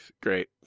great